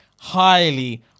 highly